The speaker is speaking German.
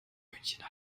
münchen